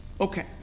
Okay